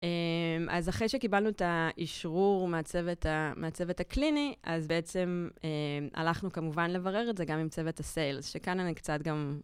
אז אחרי שקיבלנו את האישרור מהצוות הקליני, אז בעצם הלכנו כמובן לברר את זה גם עם צוות הסיילס, שכאן אני קצת גם...